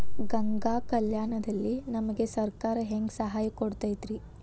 ಗಂಗಾ ಕಲ್ಯಾಣ ದಲ್ಲಿ ನಮಗೆ ಸರಕಾರ ಹೆಂಗ್ ಸಹಾಯ ಕೊಡುತೈತ್ರಿ?